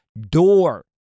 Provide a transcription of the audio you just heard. door